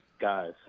guys